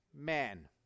man